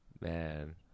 Man